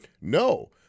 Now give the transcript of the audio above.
No